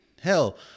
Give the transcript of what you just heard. Hell